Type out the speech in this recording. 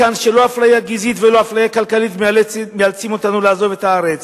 מכאן שלא אפליה גזעית ולא אפליה כלכלית מאלצים אותנו לעזוב את הארץ,